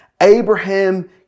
Abraham